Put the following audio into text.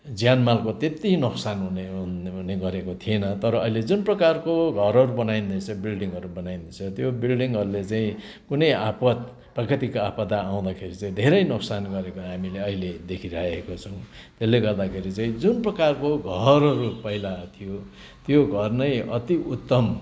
ज्यान मालको त्यति नोक्सान हुने गरेको थिएन तर अहिले जुन प्रकारको घरहरू बनाइँदैछ बिल्डिङहरू बनाइँदैछ त्यो बिल्डिङहरूले चाहिँ कुनै आपद प्रकृतिको आपदा आउँदाखेरि चाहिँ धेरै नोक्सान गरेको हामीले अहिले देखिराखेका छौँ त्यसले गर्दाखेरि चाहिँ जुन प्रकारको घरहरू पहिला थियो थियो त्यो घर नै अति उत्तम